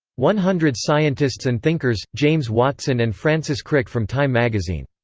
one hundred scientists and thinkers james watson and francis crick from time magazine.